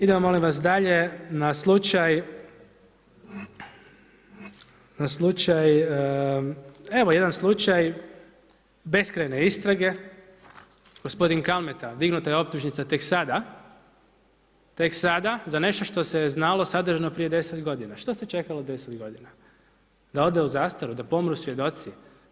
Idemo molim dalje, na slučaj evo jedan slučaj beskrajne istrage, gospodin Kalmeta, dignuta je optužnica tek sada za nešto što se znalo sadržajno prije 10 godina, što se čekalo 10 godina? da ode u zastaru, da pomru svjedoci?